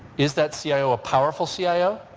is that cio a powerful cio,